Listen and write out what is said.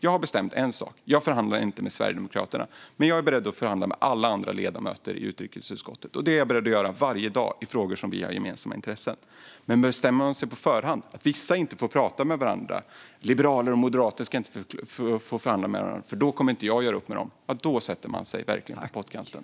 Jag har bestämt en sak, nämligen att jag inte förhandlar med Sverigedemokraterna. Men jag är beredd att förhandla med alla andra ledamöter i utrikesutskottet, och det är jag beredd att göra varje dag i frågor där vi har gemensamma intressen. Bestämmer man sig på förhand för att vissa inte får prata med varandra - liberaler och moderater ska inte få förhandla med varandra, för då kommer inte jag att göra upp med dem - sätter man sig verkligen på pottkanten.